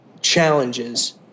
challenges